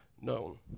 known